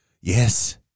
Yes